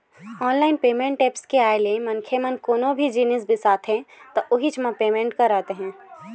online payment apps के आए ले मनखे मन कोनो भी जिनिस बिसाथे त उहींच म पेमेंट करत हे